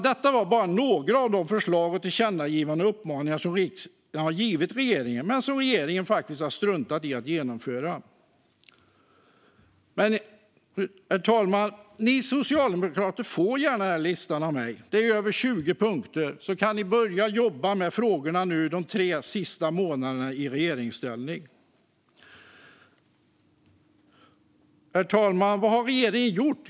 Detta var bara några av alla de förslag, tillkännagivanden och uppmaningar som riksdagen riktat till regeringen men som regeringen struntat i att genomföra. Ni socialdemokrater kan få den här listan av mig - det är över 20 punkter - så att ni kan börja jobba med frågorna de sista tre månaderna i regeringsställning. Herr talman! Vad har regeringen gjort?